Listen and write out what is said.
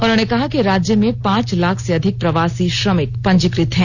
मुख्यमंत्री ने कहा कि राज्य में पांच लाख से अधिक प्रवासी श्रमिक पंजीकृत हैं